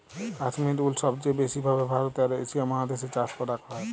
কাশ্মির উল সবচে ব্যাসি ভাবে ভারতে আর এশিয়া মহাদেশ এ চাষ করাক হয়ক